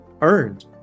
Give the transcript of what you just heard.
earned